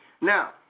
Now